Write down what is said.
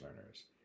learners